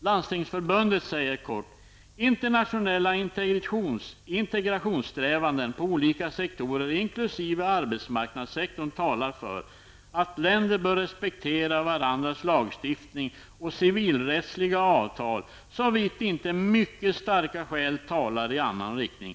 Landstingsförbundet skriver kort: ''Internationella integrationssträvanden på olika sektorer inklusive arbetsmarknadssektorn talar för att länder bör respektera varandras lagstiftning och civilrättsliga avtal såvitt inte mycket starka skäl talar i annan riktning.''